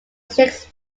six